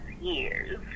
years